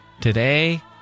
today